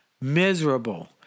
miserable